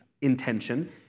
intention